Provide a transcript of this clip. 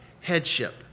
headship